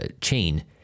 Chain